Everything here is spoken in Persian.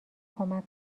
کمک